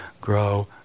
grow